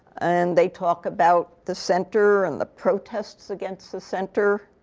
and they talk about the center, and the protests against the center.